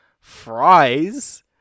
fries